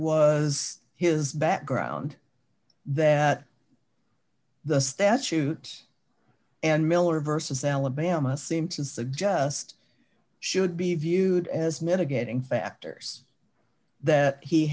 was his background that the statute and miller versus alabama seem to suggest should be viewed as mitigating factors that he